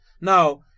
Now